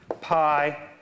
pi